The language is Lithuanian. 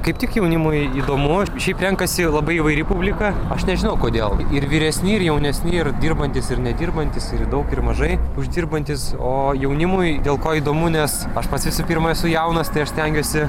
kaip tik jaunimui įdomu šiaip renkasi labai įvairi publika aš nežinau kodėl ir vyresni ir jaunesni ir dirbantys ir nedirbantys ir daug ir mažai uždirbantys o jaunimui dėl ko įdomu nes aš pats visų pirma esu jaunas tai aš stengiuosi